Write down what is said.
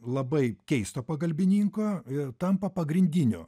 labai keisto pagalbininko tampa pagrindiniu